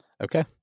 Okay